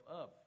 up